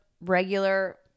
regular